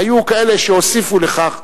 היו כאלה שהוסיפו לכך,